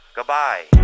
Goodbye